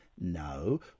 No